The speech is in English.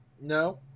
no